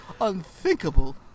unthinkable